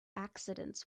accidents